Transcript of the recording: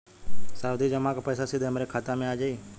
सावधि जमा क पैसा सीधे हमरे बचत खाता मे आ जाई?